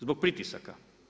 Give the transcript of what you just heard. Zbog pritisaka.